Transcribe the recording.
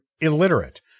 illiterate